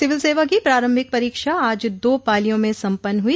civil सेवा की प्रारम्भिक परीक्षा आज दो पालियों में सम्पन्न हुई